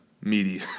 meaty